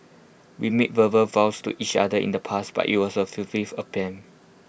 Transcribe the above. we made verbal vows to each other in the past but IT was A fulfils attempt